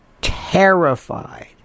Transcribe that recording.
terrified